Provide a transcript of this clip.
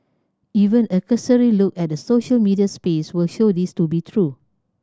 even a cursory look at the social media space will show this to be true